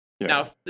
Now